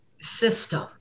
system